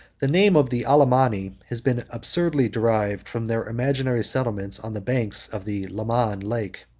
the name of the alemanni has been absurdly derived from their imaginary settlement on the banks of the leman lake.